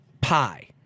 pie